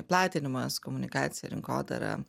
platinimas komunikacija rinkodara